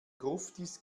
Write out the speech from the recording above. gruftis